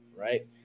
right